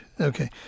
Okay